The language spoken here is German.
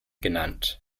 genannt